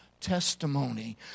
testimony